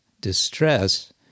distress